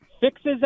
fixes